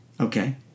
Okay